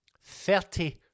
thirty